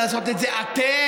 ויכולתם לעשות את זה אתם,